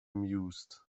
mused